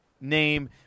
name